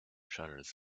shutters